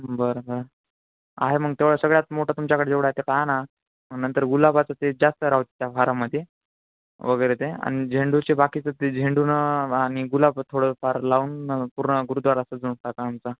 बरं हा आहे मग तेवढं सगळ्यात मोठा तुमच्याकडे जेवढा आहे ते पाहा ना नंतर गुलाबाचं ते जास्त राहते त्या हारामध्ये वगैरे ते आणि झेंडूचे बाकीचं ते झेंडू नं आणि गुलाबं थोडं फार लावून पूर्ण गुरूद्वारा सजवून टाका आमचा